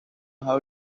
how